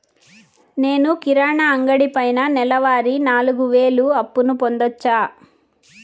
నేను కిరాణా అంగడి పైన నెలవారి నాలుగు వేలు అప్పును పొందొచ్చా?